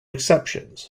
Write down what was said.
exceptions